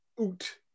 oot